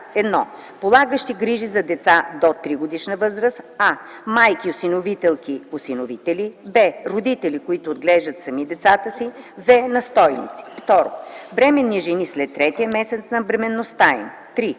1. полагащите грижи за деца до 3-годишна възраст: а) майки (осиновителки, осиновители); б) родители, които отглеждат сами децата си; в) настойници; 2. бременни жени след третия месец на бременността им; 3.